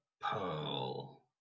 Pearl